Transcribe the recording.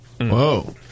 Whoa